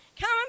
come